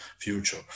future